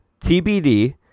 TBD